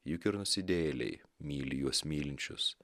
juk ir nusidėjėliai myli juos mylinčius